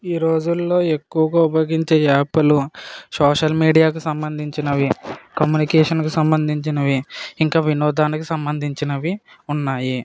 ఈరోజుల్లో ఎక్కువుగా ఉపయోగించే యాపులు సోషల్ మీడియాకు సంబంధించినవి కమ్యూనికేషన్కు సంబంధించినవి ఇంకా వినోదానికి సంబంధించినవి ఉన్నాయి